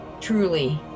Truly